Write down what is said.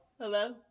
hello